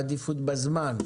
עדיפות בזמן.